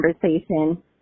conversation